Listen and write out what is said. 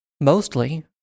Mostly